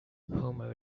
homer